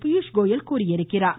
பியூஷ்கோயல் தெரிவித்திருக்கிறார்